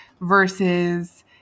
versus